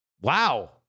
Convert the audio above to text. wow